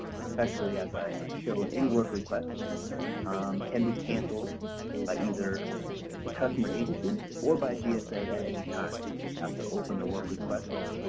but effectively as i showed any work requests can be canceled by either the customer agency or by gsa at any time they just have to open the work request